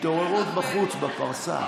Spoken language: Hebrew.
התעוררות בחוץ, בפרסה.